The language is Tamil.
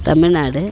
தமிழ்நாடு